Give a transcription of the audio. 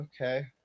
Okay